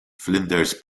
flinders